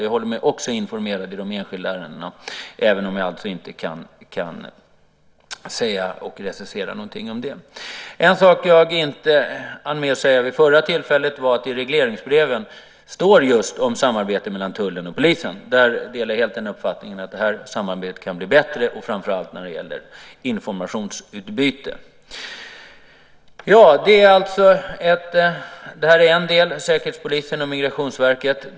Jag håller mig också informerad i de enskilda ärendena, även om jag alltså inte kan säga något om dem eller recensera dem. En sak som jag inte hann med att säga i förra inlägget är att i regleringsbreven står det just om samarbetet mellan tullen och polisen. Där delar jag helt uppfattningen att samarbetet kan bli bättre, framför allt när det gäller informationsutbyte. Säkerhetspolisen och Migrationsverket är en del.